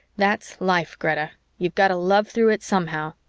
that's life, greta. you've got to love through it somehow.